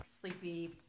sleepy